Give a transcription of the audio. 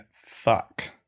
fuck